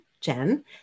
Jen